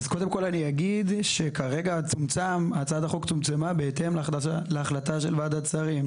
כרגע הצעת החוק צומצמה בהתאם להחלטה של ועדת שרים.